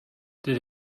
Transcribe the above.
did